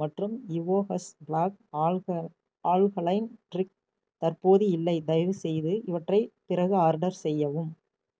மற்றும் Evocus black ஆல்க alkaline drink தற்போது இல்லை தயவுசெய்து இவற்றை பிறகு ஆர்டர் செய்யவும்